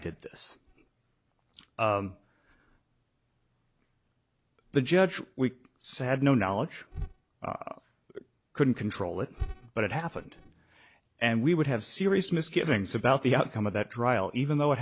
did this the judge said no knowledge couldn't control it but it happened and we would have serious misgivings about the outcome of that drive even though it